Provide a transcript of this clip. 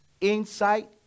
insight